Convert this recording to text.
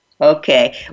okay